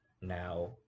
Now